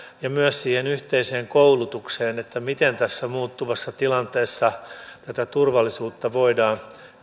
ja myös siihen yhteiseen koulutukseen että miten tässä muuttuvassa tilanteessa tätä turvallisuutta voidaan